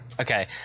Okay